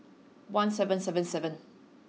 one seven seven seven